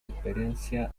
experiencia